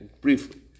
briefly